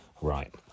Right